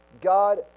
God